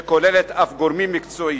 שכוללת אף גורמים מקצועיים,